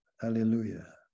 Hallelujah